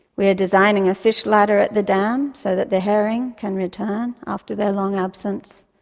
we are designing a fish ladder at the dam, so that the herring can return after their long absence.